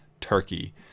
Turkey